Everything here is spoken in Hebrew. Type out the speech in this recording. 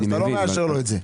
אתה לא מאשר לו את זה.